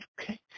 okay